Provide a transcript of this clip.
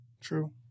True